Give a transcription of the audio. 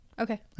Okay